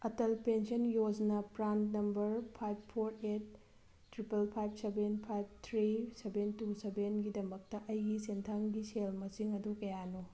Atal pension Yojana PRAN number five four eight triple five seven five three seven two seven ꯒꯤꯗꯃꯛꯇ ꯑꯩꯒꯤ ꯁꯦꯟꯊꯪꯒꯤ ꯁꯦꯜ ꯃꯁꯤꯡ ꯑꯗꯨ ꯀꯌꯥꯅꯣ